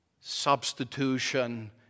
substitution